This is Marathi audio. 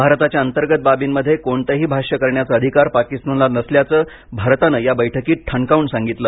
भारताच्या अंतर्गत बाबींमध्ये कोणतही भाष्य करण्याचा अधिकार पाकिस्तानला नसल्याचं भारतानं या बैठकीत ठणकावून सांगितलं